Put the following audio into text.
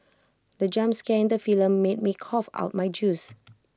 the jump scare in the film made me cough out my juice